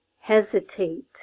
Hesitate